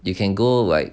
you can go like